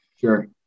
Sure